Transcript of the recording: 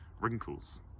wrinkles